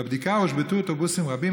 בבדיקה הושבתו אוטובוסים רבים,